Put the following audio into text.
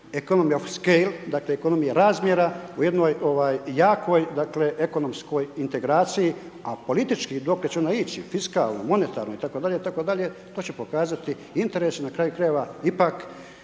economy of scale, dakle ekonomija razmjera, u jednoj ovaj jakoj, dakle, ekonomskoj integraciji, a politički dokle će ona ići, fiskalno, monetarno i tako dalje, i tako dalje, to će pokazati interes, na kraju krajeva ipak,